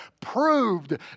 proved